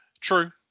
True